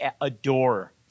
adore